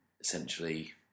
essentially